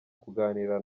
kuganira